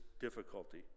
difficulty